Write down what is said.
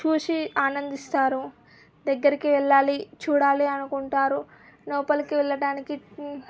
చూసి ఆనందిస్తారు దగ్గరకి వెళ్ళాలి చూడాలి అనుకుంటారు లోపలికి వెళ్ళడానికి